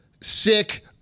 sick